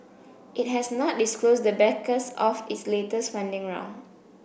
it has not disclosed the backers of its latest funding round